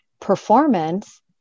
performance